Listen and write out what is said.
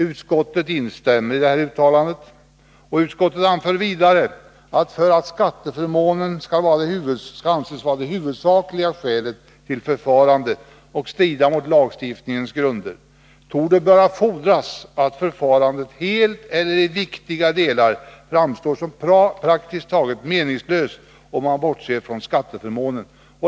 Utskottet instämmer i detta uttalande och anför vidare att för att skatteförmånen skall anses vara det huvudsakliga skälet till förfarandet och strida mot lagstiftningens grunder torde böra fordras att förfarandet helt eller i viktiga delar framstår som praktiskt taget meningslöst om man bortser från skatteförmånen.